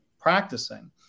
practicing